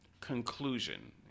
conclusion